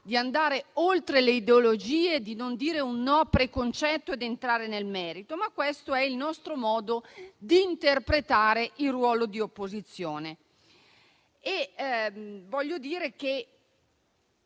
di andare oltre le ideologie, di non dire un no preconcetto ed entrare nel merito, ma questo è il nostro modo di interpretare il ruolo di opposizione.